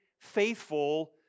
faithful